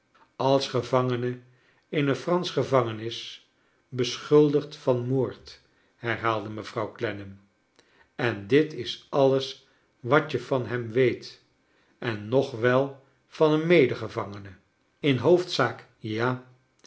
als gevangene in een fransohe gevangenis beschuldigd van moord herhaalde mevrouw clennam en dit is alles wat je van hem weet en nog wel van een medegevangene in hoofdzaak ja